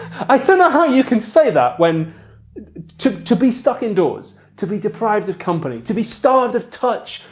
i dunno how you can say that when to to be stuck indoors, to be deprived of company, to be starved of touch,